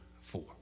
four